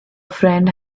friend